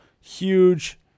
huge